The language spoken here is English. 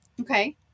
Okay